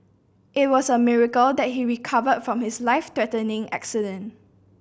it was a miracle that he recovered from his life threatening accident